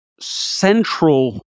central